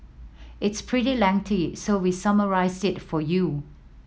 it's pretty lengthy so we summarised it for you